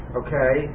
okay